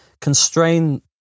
constrain